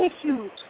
issues